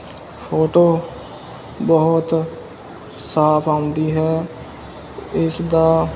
photo ਬਹੁਤ ਸਾਫ਼ ਆਉਂਦੀ ਹੈ ਇਸ ਦਾ